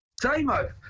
Damo